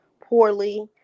poorly